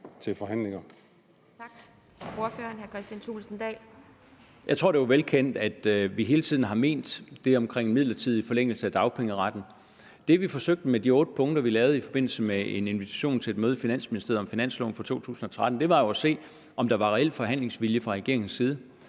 Jeg tror, det er velkendt, at vi hele tiden har ment det om midlertidig forlængelse af dagpengeretten. Det, vi forsøgte med de otte punkter, vi lavede i forbindelse med en invitation til et møde i Finansministeriet om finansloven for 2013, var jo at se, om der var reel forhandlingsvilje fra regeringens side